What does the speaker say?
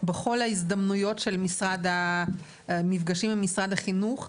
בכל ההזדמנויות במפגשים עם משרד החינוך,